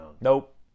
Nope